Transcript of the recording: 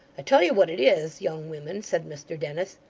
i tell you what it is, young women said mr dennis,